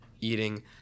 eating